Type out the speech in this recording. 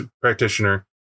practitioner